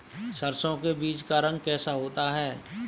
सरसों के बीज का रंग कैसा होता है?